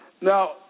Now